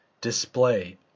display